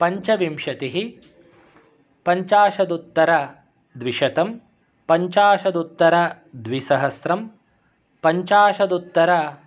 पञ्चविंशतिः पञ्चाशदुत्तरद्विशतं पञ्चाशदुत्तरद्विसहस्त्रं पञ्चाशदुत्तर